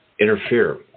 interfere